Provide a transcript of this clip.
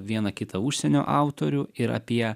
vieną kitą užsienio autorių ir apie